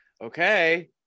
Okay